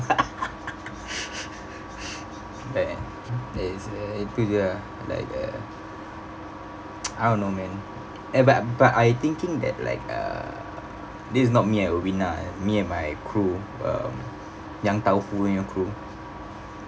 ya that's a itu je like a I don't know man eh but but I thinking that like uh this is not me and aweena me and my crew uh young crew